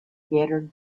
scattered